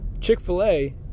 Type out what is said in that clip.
Chick-fil-A